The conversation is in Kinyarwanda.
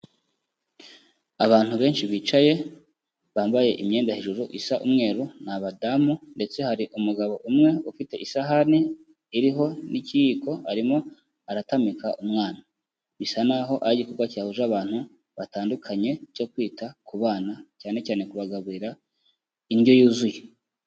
Abantu benshi bicaye, bambaye imyenda hejuru isa umweru, ni abadamu, ndetse hari umugabo umwe ufite isahani iriho n'ikiyiko arimo aratamika umwana, bisa naho ari igikorwa cyahuje abantu batandukanye cyo kwita ku bana, cyane cyane kubagaburira indyo yuzuye.